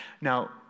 Now